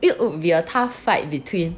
it would be a tough fight between